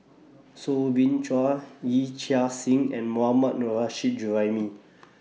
Soo Bin Chua Yee Chia Hsing and Mohammad Nurrasyid Juraimi